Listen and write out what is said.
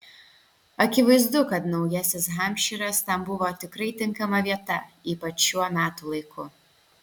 akivaizdu kad naujasis hampšyras tam buvo tikrai tinkama vieta ypač šiuo metų laiku